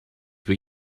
were